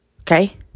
Okay